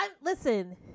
Listen